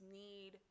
need